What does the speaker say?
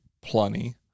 plenty